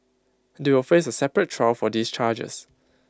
they will face A separate trial for these charges